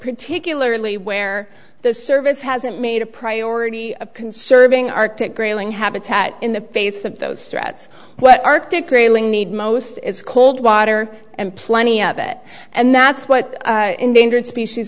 particularly where the service hasn't made a priority of conserving arctic grayling habitat in the face of those threats what arctic grayling need most is cold water and plenty of it and that's what endangered species